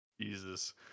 Jesus